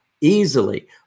easily